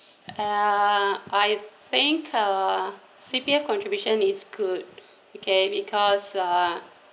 uh I think uh C_P_F contribution is good okay because uh